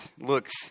looks